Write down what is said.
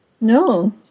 No